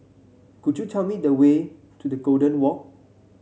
could you tell me the way to Golden Walk